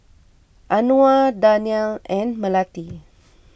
Anuar Danial and Melati